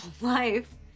life